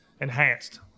enhanced